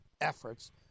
efforts